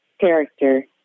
character